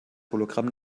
hologramm